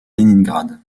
leningrad